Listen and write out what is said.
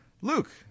Luke